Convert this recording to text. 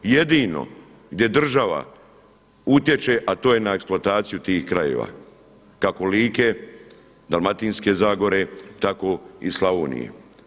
Jedino gdje država utječe a to je na eksploataciju tih krajeva kako Like, Dalmatinske zagore, tako i Slavonije.